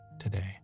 today